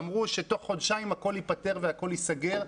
אמרו שתוך חודשיים הכל ייפתר והכל ייסגר.